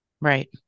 Right